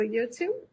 YouTube